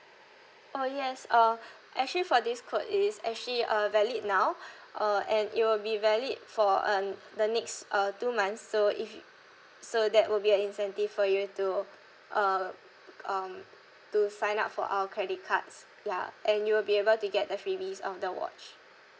oh yes uh actually for this code it is actually uh valid now uh and it will be valid for um the next uh two months so if so that will be an incentive for you to uh um to sign up for our credit cards ya and you will be able to get the freebies of the watch